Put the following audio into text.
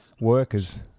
workers